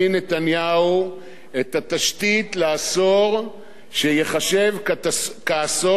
את התשתית לעשור שייחשב כעשור של המשמעת התקציבית.